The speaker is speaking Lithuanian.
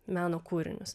meno kūrinius